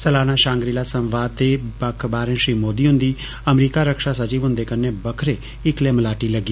सालाना Shangri La संवाद दे बक्ख बाहरें श्री मोदी हुंदी अमरीकी रक्षा सचिव हुंदे कन्ने बक्खरे इक्कले मलाटी लग्गी